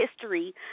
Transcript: history